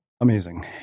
Amazing